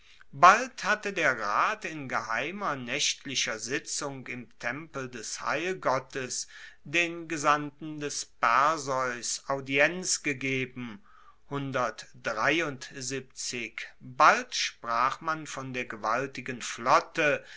bald hatte der rat in geheimer nächtlicher sitzung im tempel des heilgottes den gesandten des perseus audienz gegeben bald sprach man von der gewaltigen flotte